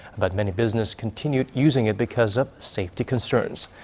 but many business continued using it because of safety concerns.